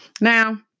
Now